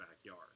backyard